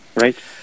Right